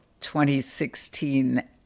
2016